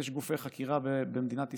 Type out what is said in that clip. יש גופי חקירה במדינת ישראל.